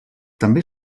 també